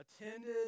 attended